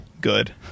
good